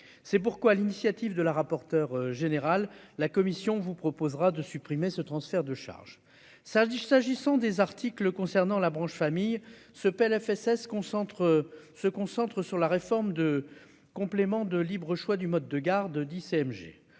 c'est pourquoi l'initiative de la rapporteure générale, la commission vous proposera de supprimer ce transfert de charges, cela dit, s'agissant des articles concernant la branche famille ce PLFSS concentre se concentre sur la réforme de complément de libre choix du mode de garde 10 CMG